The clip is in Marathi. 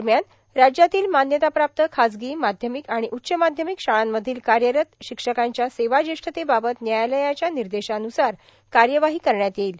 दरम्यान राज्यातील मान्यताप्राप्त खाजगी माध्यमिक आणि उच्च माध्यमिक शाळांमधील कार्यरत शिक्षकांच्या सेवाज्येष्ठतेबाबत न्यायालयाच्या निर्देशान्सार कार्यवाही करण्यात येईल